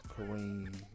Kareem